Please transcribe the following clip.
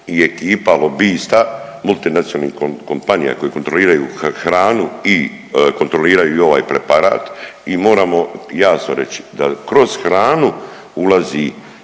i ekipa lobista multinacionalnih kompanija koje kontroliraju hranu i kontroliraju i ovaj preparat i moramo jasni reći da kroz hranu ulazi